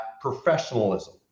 professionalism